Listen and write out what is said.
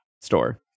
store